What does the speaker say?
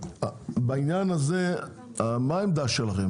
בעניין הזה מה העמדה שלכם?